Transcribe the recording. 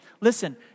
Listen